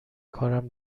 کارم